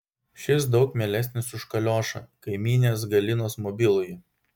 šis daug mielesnis už kaliošą kaimynės galinos mobilųjį